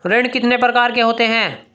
ऋण कितने प्रकार के होते हैं?